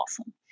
awesome